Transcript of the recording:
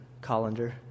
colander